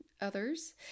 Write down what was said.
others